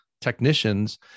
technicians